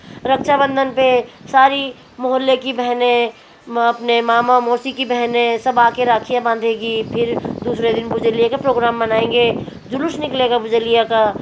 रक्षाबंधन पर सारी मुहल्ले की बहनें अपने मामा मौसी की बहनें सब आके राखियाँ बांधेंगी फिर दूसरे दिन बुज्लिया के प्रोग्राम मानेंगे जुलूस निकलेगा बुज्लिया का